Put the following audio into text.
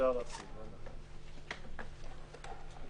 נעשו בו שינויים בעקבות הדיון אתמול.